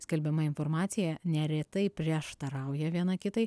skelbiama informacija neretai prieštarauja viena kitai